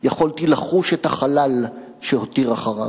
יכולתי לחוש את החלל שהותיר אחריו.